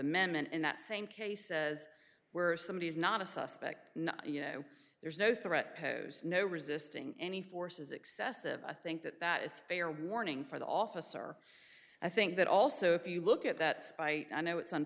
amendment in that same case says where somebody is not a suspect you know there's no threat posed no resisting any force is excessive i think that that is fair warning for the officer i think that also if you look at that i know it's